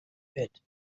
pit